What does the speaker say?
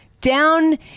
down